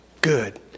good